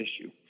issue